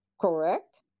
correct